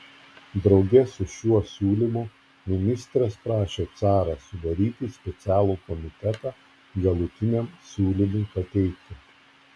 drauge su šiuo siūlymu ministras prašė carą sudaryti specialų komitetą galutiniam siūlymui pateikti